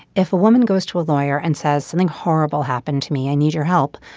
if a woman goes to a lawyer and says something horrible happened to me i need your help.